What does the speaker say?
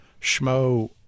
Schmo